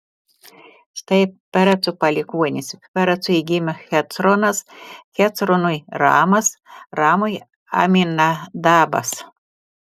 štai pereco palikuonys perecui gimė hecronas hecronui ramas ramui aminadabas